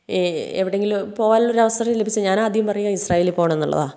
എവിടെയെങ്കിലും പോകുവാനുള്ള അവസരം ലഭിച്ചാൽ ഞാന് ആദ്യം പറയുക ഇസ്രയേലിൽ പോകണം എന്നുള്ളതാണ്